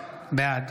בעד